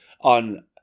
on